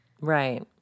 Right